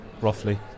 roughly